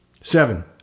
Seven